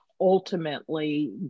ultimately